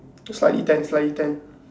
slightly tan slightly tan